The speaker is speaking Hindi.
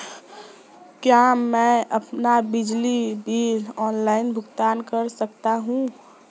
क्या मैं अपना बिजली बिल ऑनलाइन भुगतान कर सकता हूँ?